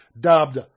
dubbed